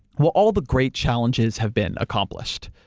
well all the great challenges have been accomplished.